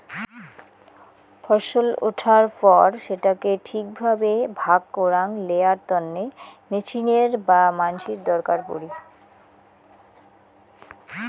ফছল উঠার পর সেটাকে ঠিক ভাবে ভাগ করাং লেয়ার তন্নে মেচিনের বা মানসির দরকার পড়ি